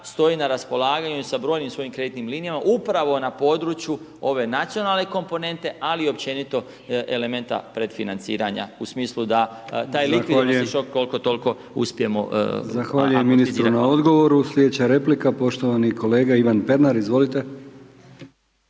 stoji na raspolaganju sa brojnim svojim kreditnim linijama upravo na području ove nacionalne komponente, ali općenito elementa predfinanciranja, u smislu da taj likvidnosni šok, koliko toliko uspijemo .../Govornik se ne razumije./... **Brkić, Milijan (HDZ)** Zahvaljujem. Zahvaljujem ministru na odgovoru. Sljedeća replika poštovani kolega Ivan Pernar. Izvolite.